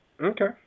okay